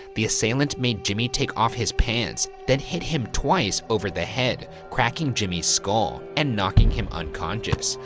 the assailant made jimmy take off his pants then hit him twice over the head, cracking jimmy's skull and knocking him unconsciousness.